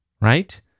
Right